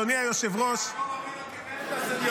אדוני היושב-ראש --- יעקב אבינו קיבל את הסניוריטי.